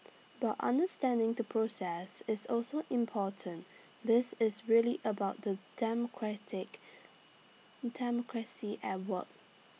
but understanding the process is also important this is really about the democratic democracy at work